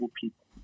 people